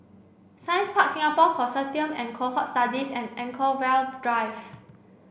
Science Park Singapore Consortium of Cohort Studies and Anchorvale Drive